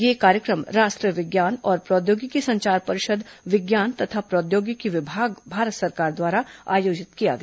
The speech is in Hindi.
यह कार्यक्रम राष्ट्रीय विज्ञान और प्रौद्योगिकी संचार परिषद विज्ञान तथा प्रौद्योगिकी विभाग भारत सरकार द्वारा आयोजित किया गया